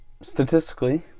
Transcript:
Statistically